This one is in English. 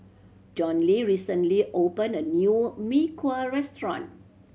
Johny recently opened a new Mee Kuah restaurant